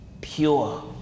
pure